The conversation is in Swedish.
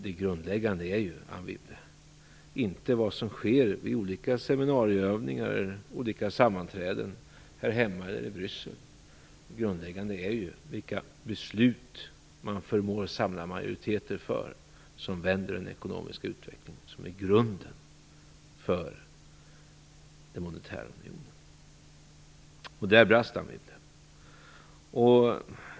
Det grundläggande, Anne Wibble, är inte vad som sker vid olika seminarieövningar eller sammanträden här hemma eller i Bryssel utan vilka beslut man förmår samla majoriteter för som vänder den ekonomiska utvecklingen, vilket är grunden för den monetära unionen. Där brast Anne Wibble.